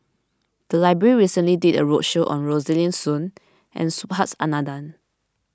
the library recently did a roadshow on Rosaline Soon and Subhas Anandan